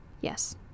yes